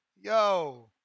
Yo